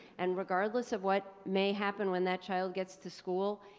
and regardless of what may happen when that child gets to school,